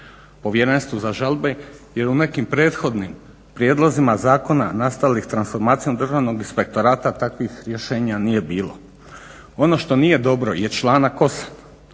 povjerenstvu za žalbe jer u nekim prethodnim prijedlozima zakona nastalih transformacijom Državnog inspektorata takvih rješenja nije bilo. Ono što nije dobro je članak 8.